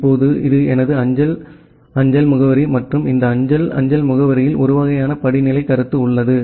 இப்போது இது எனது அஞ்சல் அஞ்சல் முகவரி மற்றும் இந்த அஞ்சல் அஞ்சல் முகவரியில் ஒரு வகையான படிநிலை கருத்து உள்ளது